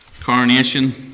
coronation